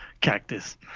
Cactus